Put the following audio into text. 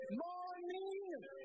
morning